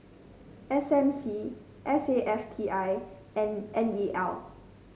S M C S A F T I and N E L